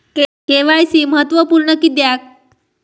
KYC महत्त्वपुर्ण किद्याक?